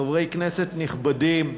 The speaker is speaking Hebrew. חברי כנסת נכבדים,